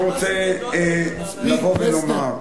אני רוצה לבוא ולומר,